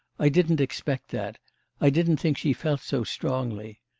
i didn't expect that i didn't think she felt so strongly.